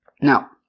Now